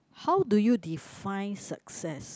how do you define success